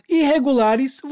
irregulares